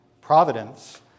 Providence